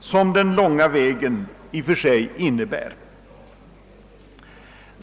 som den långa vägen i och för sig orsakar.